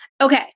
Okay